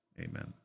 Amen